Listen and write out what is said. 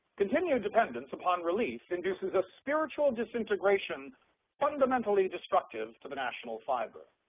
continued dependence upon relief induces a spiritual disintegration fundamentally destructive to the national fiber.